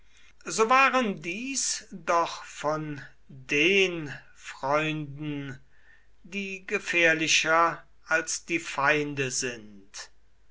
so waren dies doch von den freunden die gefährlicher als die feinde sind